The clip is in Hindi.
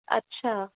अच्छा